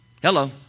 Hello